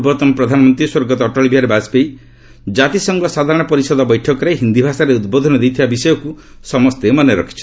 ପୂର୍ବତନ ପ୍ରଧାନମନ୍ତ୍ରୀ ସ୍ୱର୍ଗତ ଅଟଳ ବିହାରୀ ବାଜପେୟୀ ଜାତିସଂଘ ସାଧାରଣ ପରିଷଦ ବୈଠକରେ ହିନ୍ଦୀ ଭାଷାରେ ଉଦ୍ବୋଧନ ଦେଇଥିବା ବିଷୟକୁ ସମସ୍ତେ ମନେ ରଖିଛନ୍ତି